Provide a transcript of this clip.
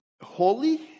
holy